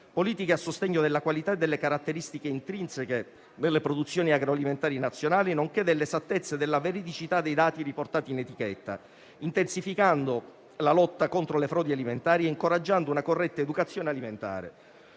politiche a sostegno della qualità e delle caratteristiche intrinseche delle produzioni agroalimentari nazionali, nonché dell'esattezza e della veridicità dei dati riportati in etichetta, intensificando la lotta contro le frodi alimentari e incoraggiando una corretta educazione alimentare.